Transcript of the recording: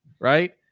right